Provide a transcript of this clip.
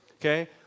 Okay